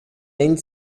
ein